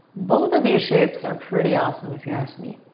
both of these shapes are pretty awesome if you ask me.